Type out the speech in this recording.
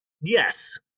Yes